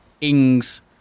Ings